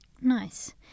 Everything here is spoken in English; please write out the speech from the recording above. Nice